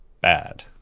bad